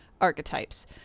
archetypes